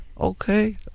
Okay